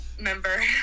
Member